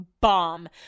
bomb